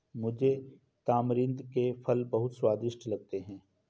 मुझे तमरिंद के फल बहुत स्वादिष्ट लगते हैं